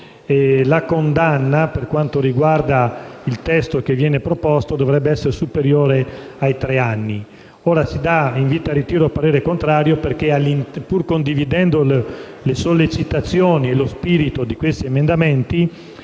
la condanna, per quanto riguarda il testo proposto, dovrebbe essere superiore ai tre anni. Si esprime il predetto parere perché, pur condividendo le sollecitazioni e lo spirito di questi emendamenti,